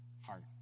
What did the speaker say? heart